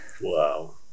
Wow